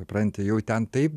supranti jau ten taip